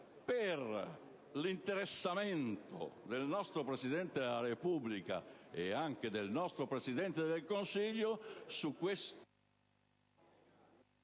all'interessamento del nostro Presidente della Repubblica e del nostro Presidente del Consiglio rispetto